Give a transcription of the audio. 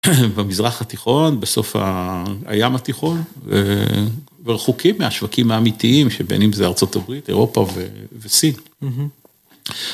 במזרח התיכון, בסוף הים התיכון ורחוקים מהשווקים האמיתיים שבין אם זה ארה״ב, אירופה וסין.